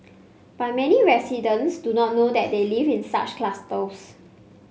but many residents do not know that they live in such clusters